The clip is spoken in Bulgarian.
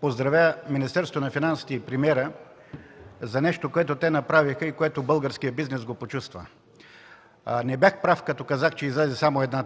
поздравя Министерството на финансите и премиера за нещо, което те направиха и което българският бизнес го почувства. Не бях прав, като казах, че излезе само една